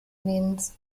means